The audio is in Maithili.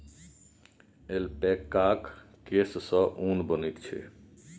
ऐल्पैकाक केससँ ऊन बनैत छै